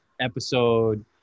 episode